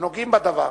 הנוגעים בדבר,